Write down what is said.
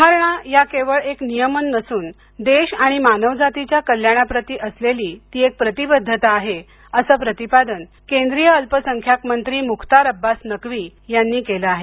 सुधारणा या केवळ एक नियमन नसून देश आणि मानवजातीच्या कल्याणाप्रती असलेली ती एक प्रतिबद्धता आहे असं प्रतिपादन केंद्रीय अल्पसंख्याक मंत्री मुख्तार अब्बास नक्वी यांनी केलं आहे